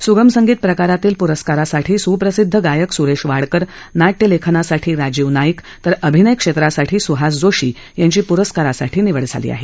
सुगम संगीत प्रकारातील प्रस्कारासाठी सुप्रसिद्ध गायक स्रेश वाडकर नाट्य लेखनासाठी राजीव नाईक तर अभिनय क्षेत्रासाठी स्हास जोशी यांची प्रस्कारासाठी निवड झाली आहे